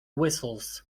whistles